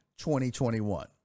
2021